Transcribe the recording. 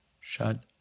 Shut